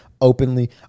openly